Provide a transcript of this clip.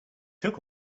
took